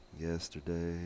yesterday